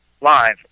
live